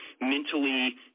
mentally